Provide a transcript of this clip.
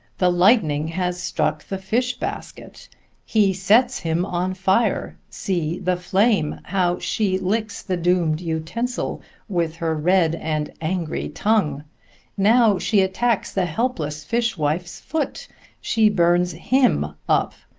the lightning has struck the fish-basket he sets him on fire see the flame, how she licks the doomed utensil with her red and angry tongue now she attacks the helpless fishwife's foot she burns him up,